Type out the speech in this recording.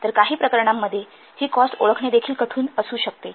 तर काही प्रकरणांमध्ये ही कॉस्ट ओळखणे देखील कठीण असू शकते